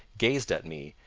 gazed at me,